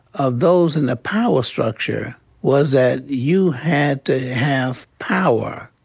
of those in the power structure was that you had to have power.